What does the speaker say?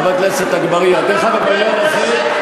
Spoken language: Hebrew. למה הגשתם כל כך הרבה הצעות אי-אמון כל הקדנציה הזאת?